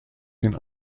den